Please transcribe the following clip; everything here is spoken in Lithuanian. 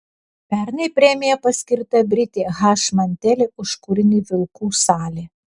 pernai premija paskirta britei h manteli už kūrinį vilkų salė